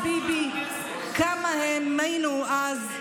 כמה האמינו בך אז, ביבי, כמה האמינו לך אז.